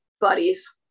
buddies